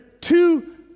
Two